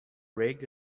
rig